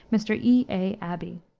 mr. e. a. abbey.